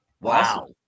Wow